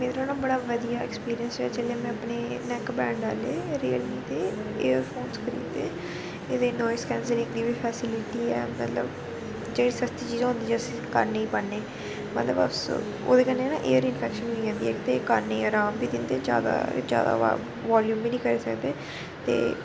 मेरा ना बड़ा बधियै ऐक्सपीरियंस जेल्लै में अपनी नैक बैंड आह्ले रीयल मी दे एयर फोन खरीदे एह्दे च नोइज कैंसलेशन फैसलिटी ऐ मतलब जेह्ड़ी सस्ती चीज़ होंदी उसी कन्न च पान्ने मतलब अस ओह्दे कन्नै न एयर इंफैक्शन होई जंदी ऐ ते कन्न गी आराम बी दिंदे ज्यादा ज्यादा वोलियम बी नी करी सकदे ते